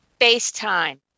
FaceTime